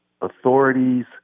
authorities